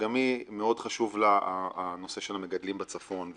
שגם לה מאוד חשוב הנושא של המגדלים בצפון,